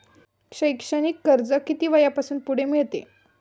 शैक्षणिक कर्ज किती वयापासून पुढे मिळते?